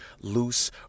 loose